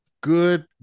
Good